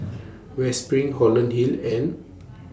West SPRING Holland Hill and